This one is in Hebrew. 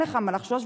אין לך מה לחשוש,